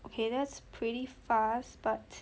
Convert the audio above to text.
okay that's pretty fast but